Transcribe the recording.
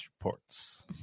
reports